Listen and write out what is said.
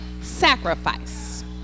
sacrifice